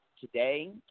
Today